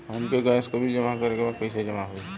हमके गैस के बिल जमा करे के बा कैसे जमा होई?